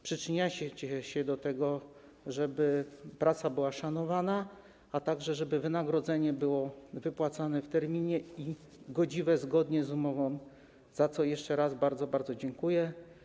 Przyczyniacie się do tego, żeby praca była szanowana, żeby wynagrodzenie było wypłacane w terminie, godziwe, zgodne z umową, za co jeszcze raz bardzo, bardzo dziękuję.